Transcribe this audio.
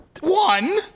One